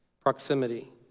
Proximity